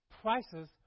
prices